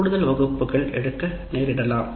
அதனால் கூடுதல் வகுப்புகள் எடுக்க நேரிடலாம்